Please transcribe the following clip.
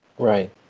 right